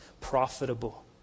profitable